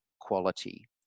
quality